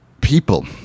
people